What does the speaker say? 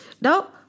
Now